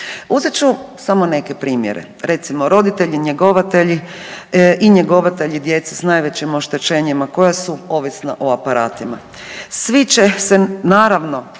Uzet ću samo neke primjere, recimo, roditelji-njegovatelji i njegovatelji djece s najvećim oštećenjima koja su ovisna o aparatima,